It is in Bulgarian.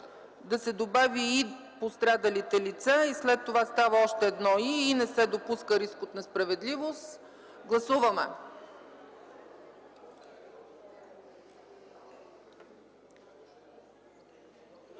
да се добави „и пострадалите лица” и след това става още едно „и” – „и не се допуска риск от несправедливост”. Гласували